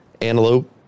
antelope